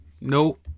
nope